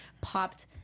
popped